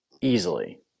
easily